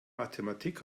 mathematik